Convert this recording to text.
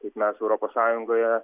kaip mes europos sąjungoje